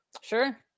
Sure